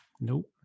Nope